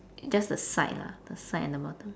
just the side lah the side and the bottom